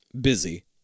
Busy